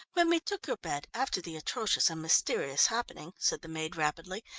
when we took your bed, after the atrocious and mysterious happening, said the maid rapidly,